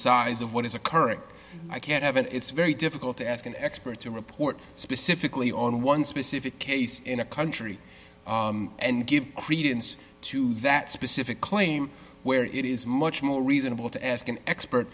size of what is occurring i can't have it it's very difficult to ask an expert to report specifically on one specific case in a country and give credence to that specific claim where it is much more reasonable to ask an expert